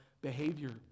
behavior